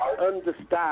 understand